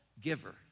giver